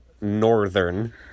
northern